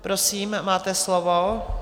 Prosím, máte slovo.